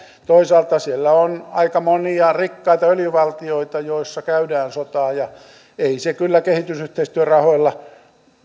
toisaalta siellä on aika monia rikkaita öljyvaltioita joissa käydään sotaa ja ei sitä kyllä kehitysyhteistyörahoilla